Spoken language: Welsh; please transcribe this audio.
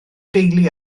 deulu